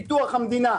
פיתוח המדינה,